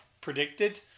predicted